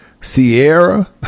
Sierra